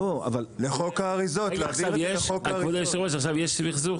כבוד יושב הראש, עכשיו יש מחזור?